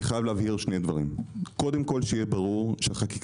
אני חייב להבהיר שני דברים: קודם כל שיהיה ברור שהחקיקה